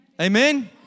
Amen